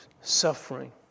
suffering